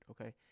okay